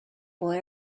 boy